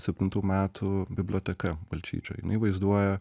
septintų metų biblioteka balčyčio jinai vaizduoja